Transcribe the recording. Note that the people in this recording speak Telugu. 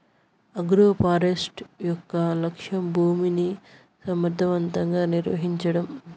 ఆగ్రోఫారెస్ట్రీ యొక్క లక్ష్యం భూమిని సమర్ధవంతంగా నిర్వహించడం